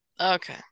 Okay